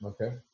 Okay